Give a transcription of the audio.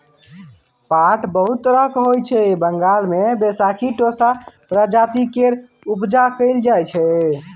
पाट बहुत तरहक होइ छै बंगाल मे बैशाखी टोसा प्रजाति केर उपजा कएल जाइ छै